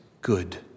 good